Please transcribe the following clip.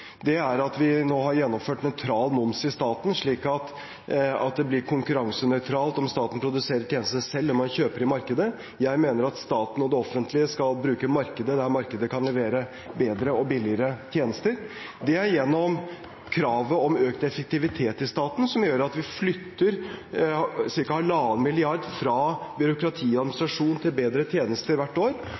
er det at vi nå har gjennomført nøytral moms i staten, slik at det blir konkurransenøytralt om staten produserer tjenestene selv, eller om man kjøper i markedet – jeg mener at staten og det offentlige skal bruke markedet der markedet kan levere bedre og billigere tjenester – og det er gjennom kravet om økt effektivitet i staten, som gjør at vi hvert år flytter ca. 1,5 mrd. kr fra byråkrati og administrasjon til bedre tjenester,